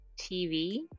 TV